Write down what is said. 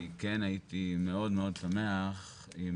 אבל אני כן הייתי מאוד-מאוד שמח אם